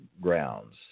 grounds